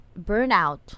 Burnout